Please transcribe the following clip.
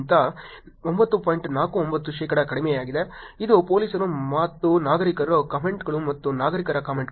49 ಶೇಕಡಾ ಕಡಿಮೆಯಾಗಿದೆ ಇದು ಪೊಲೀಸರು ಮತ್ತು ನಾಗರಿಕರ ಕಾಮೆಂಟ್ಗಳು ಮತ್ತು ನಾಗರಿಕರ ಕಾಮೆಂಟ್ಗಳು